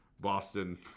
Boston